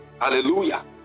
Hallelujah